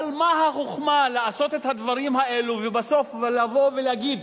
אבל מה החוכמה לעשות את הדברים האלה ובסוף לבוא ולהגיד: